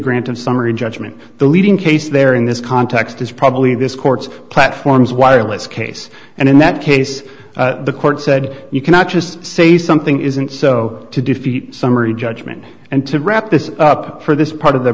grant of summary judgment the leading case there in this context is probably this court's platform's wireless case and in that case the court said you cannot just say something isn't so to defeat summary judgment and to wrap this up for this part of the